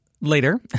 later